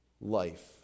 life